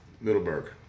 Middleburg